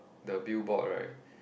the billboard right